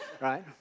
right